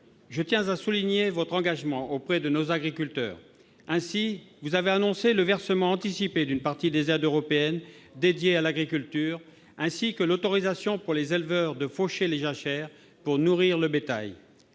Je tiens à souligner votre engagement auprès de nos agriculteurs. Ainsi, vous avez annoncé le versement anticipé d'une partie des aides européennes dédiées à l'agriculture, ainsi que l'autorisation donnée aux éleveurs de faucher les jachères pour nourrir le bétail.